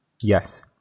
Yes